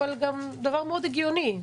אבל זה גם דבר מאוד הגיוני.